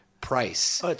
price